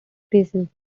spaces